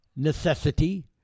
necessity